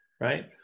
right